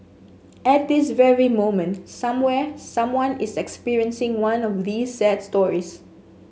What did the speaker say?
at this very moment somewhere someone is experiencing one of these sad stories